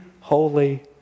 holy